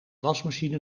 wasmachine